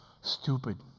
stupid